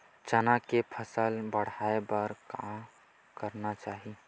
चना के फसल बढ़ाय बर का करना चाही?